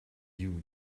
you